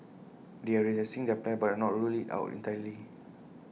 they are reassessing their plans but have not ruled IT out entirely